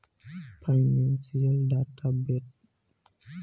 financial data vendor कोई वाणिज्यिक पसंस्था खातिर मार्केट डाटा लेआवेला